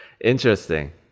Interesting